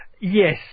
Yes